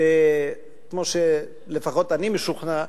כמו שלפחות אני משוכנע,